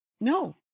No